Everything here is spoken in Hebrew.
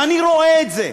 ואני רואה את זה,